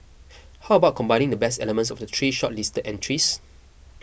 how about combining the best elements of the three shortlisted entries